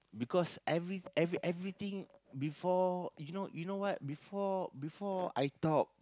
because every every every thing before you know you know what before before I talk